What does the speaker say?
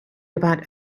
about